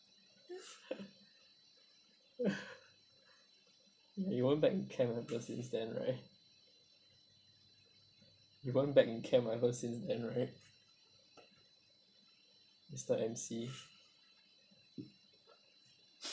you won't back in camp ever since then right you won't back in camp ever since then right mister M_C